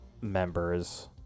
members